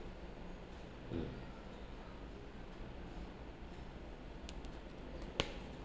mm